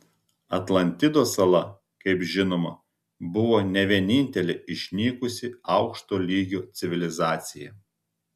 atlantidos sala kaip žinoma buvo ne vienintelė išnykusi aukšto lygio civilizacija